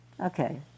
Okay